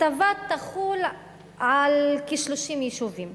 ההטבה תחול על כ-30 יישובים,